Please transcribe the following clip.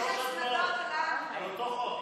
יש עוד שלוש הצבעות על אותו חוק.